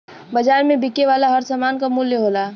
बाज़ार में बिके वाला हर सामान क मूल्य होला